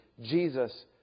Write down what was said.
Jesus